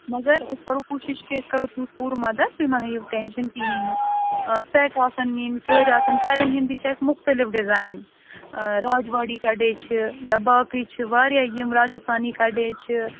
مگر أسۍ کَرو کوٗشِش کہِ أسۍ کَرو تُہٕنٛز پوٗرٕ مَدَتھ تُہۍ ما ہییِو ٹٮ۪نشَن کِہیٖنٛۍ نہٕ سیٹ آسَن نِنۍ کٔرۍ آسَن کَرٮ۪ن ہٕنٛدی چھِ اَسہِ مُختٔلِف ڈِزایِن راجواڑی کَڈے چھِ یا باقٕے چھِ واریاہ یِم راجستھٲنی کَڈے چھِ